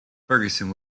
fergusson